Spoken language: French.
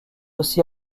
aussi